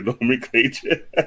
nomenclature